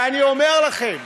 ואני אומר לכם,